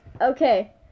okay